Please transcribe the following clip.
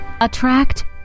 Attract